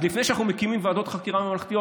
אז לפני שאנחנו מקימים ועדות חקירה ממלכתיות,